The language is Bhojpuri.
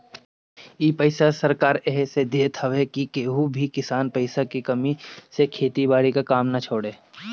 इ पईसा सरकार एह से देत हवे की केहू भी किसान पईसा के कमी से खेती बारी के काम ना छोड़े